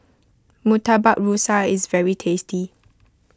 Murtabak Rusa is very tasty